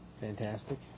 Fantastic